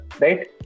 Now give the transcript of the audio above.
right